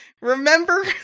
remember